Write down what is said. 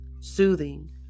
soothing